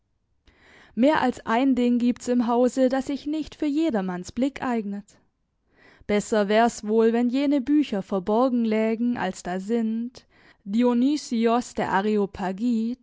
mehr als ein ding gibt's im hause das sich nicht für jedermanns blick eignet besser wär's wohl wenn jene bücher verborgen lägen als da sind dionysios der